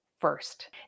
First